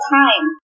time